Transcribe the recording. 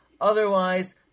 otherwise